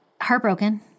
heartbroken